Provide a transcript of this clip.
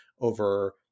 over